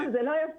רם, זה לא יפה,